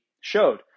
showed